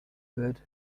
good